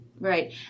Right